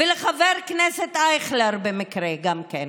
ולחבר הכנסת אייכלר במקרה גם כן,